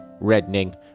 reddening